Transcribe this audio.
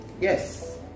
Yes